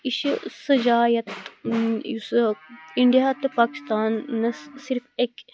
یہِ چھِ سۄ جاے یَتھ یِم یُس اِنٛڈِیا تہٕ پاکِستانَس صِرِف اَکہِ